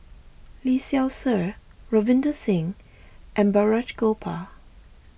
Lee Seow Ser Ravinder Singh and Balraj Gopal